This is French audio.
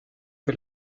que